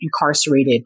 incarcerated